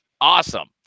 awesome